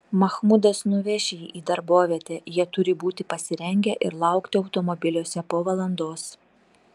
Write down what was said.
mahmudas nuveš jį į darbovietę jie turi būti pasirengę ir laukti automobiliuose po valandos